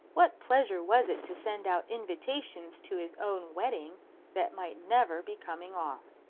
what pleasure was it to send out invitations to his own wedding that might never be coming off?